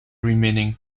remaining